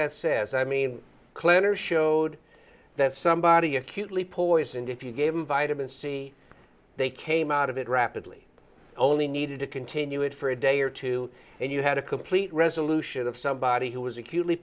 that says i mean clan or showed that somebody acutely poisoned if you gave them vitamin c they came out of it rapidly only needed to continue it for a day or two and you had a complete resolution of somebody who was acutely